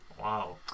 wow